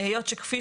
היות שכפי